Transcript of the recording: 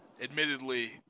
Admittedly